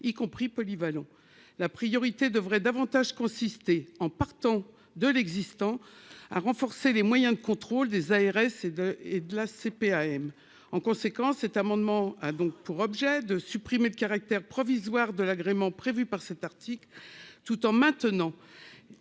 y compris polyvalent. La priorité devrait davantage consister en partant de l'existant à renforcer les moyens de contrôle des ARS et de et de la CPAM en conséquence. Cet amendement a donc pour objet de supprimer le caractère provisoire de l'agrément prévues par cet article, tout en maintenant.